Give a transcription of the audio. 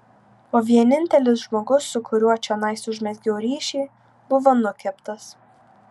o vienintelis žmogus su kuriuo čionais užmezgiau ryšį buvo nukeptas